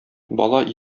бала